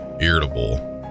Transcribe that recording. irritable